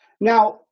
Now